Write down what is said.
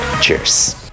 Cheers